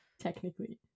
Technically